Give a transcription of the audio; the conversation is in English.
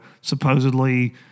supposedly